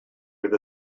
with